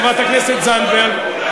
חברת הכנסת זנדברג, נכון, נכון.